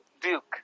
Duke